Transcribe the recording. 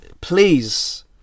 please